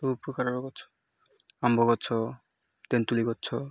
ସବୁ ପ୍ରକାରର ଗଛ ଆମ୍ବ ଗଛ ତେନ୍ତୁଳି ଗଛ